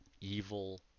evil